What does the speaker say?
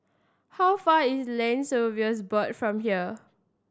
how far is Land Surveyors Board from here